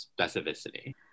specificity